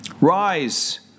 rise